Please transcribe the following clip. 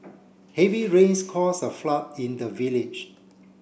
heavy rains cause a flood in the village